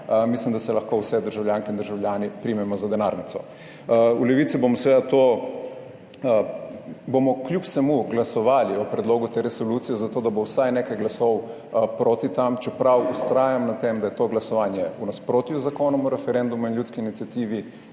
mislim, da se lahko vsi državljanke in državljani primemo za denarnico. V Levici bomo seveda kljub vsemu glasovali o predlogu te resolucije, zato da bo vsaj nekaj glasov proti, čeprav vztrajam na tem, da je to glasovanje v nasprotju z Zakonom o referendumu in ljudski iniciativi,